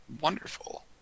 Wonderful